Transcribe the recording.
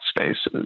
spaces